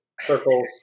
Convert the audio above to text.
circles